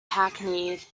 hackneyed